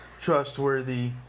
trustworthy